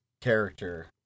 character